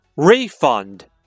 refund